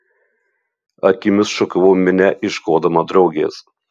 akimis šukavau minią ieškodama draugės